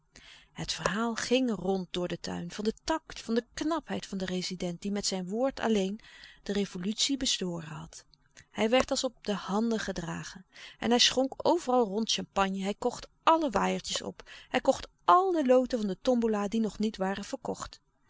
het verhaal ging rond door den tuin van den tact van de knapheid van den rezident die met zijn woord alleen de revolutie bezworen had hij werd als op de handen gedragen en hij schonk overal rond champagne hij kocht alle waaiertjes op hij kocht al de loten van de tombola die nog niet waren verkocht